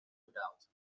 gedaald